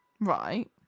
Right